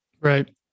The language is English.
Right